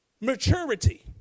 Maturity